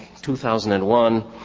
2001